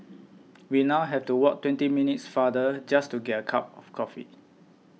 we now have to walk twenty minutes farther just to get a cup of coffee